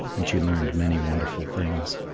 and she learned many wonderful things.